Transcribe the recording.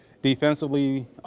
Defensively